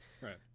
Right